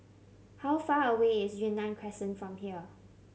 how far away is Yunnan Crescent from here